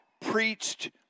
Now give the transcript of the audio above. preached